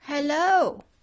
Hello